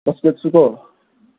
ꯕꯥꯁꯀꯦꯠꯁꯨꯀꯣ